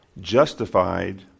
justified